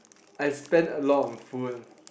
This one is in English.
I spend a lot on food